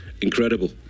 incredible